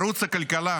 ערוץ הכלכלה,